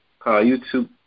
YouTube